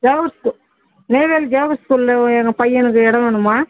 Jawahar school Neyveli Jawahar ஸ்கூல்லில் எங்கள் பையனுக்கு இடம் வேணும்மா